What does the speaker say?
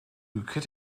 could